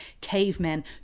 cavemen